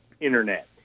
Internet